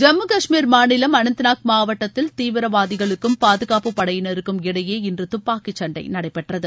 ஜம்மு காஷ்மீர் மாநிலம் அனந்தநாக் மாவட்டத்தில் தீவிரவாதிகளுக்கும் பாதுகாப்புப் படையினருக்கும் இடையே இன்று துப்பாக்கிச் சண்டை நடைபெற்றது